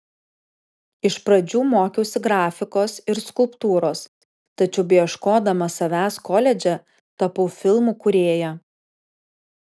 iš pradžių mokiausi grafikos ir skulptūros tačiau beieškodama savęs koledže tapau filmų kūrėja